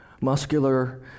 muscular